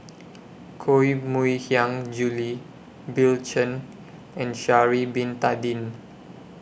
Koh Mui Hiang Julie Bill Chen and Sha'Ari Bin Tadin